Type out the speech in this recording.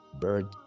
bird